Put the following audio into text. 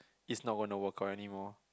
it's not gona to work out anymore